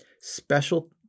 special